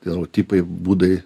dainų tipai būdai